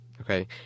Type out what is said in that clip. Okay